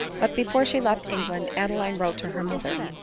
but before she left england adeline wrote to her mother.